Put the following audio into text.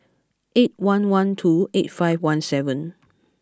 eight one one two eight five one seven